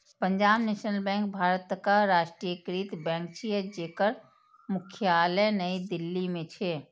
Punjab national bank भारतक राष्ट्रीयकृत bank छियै, जेकर मुख्यालय नई दिल्ली मे छै